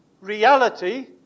reality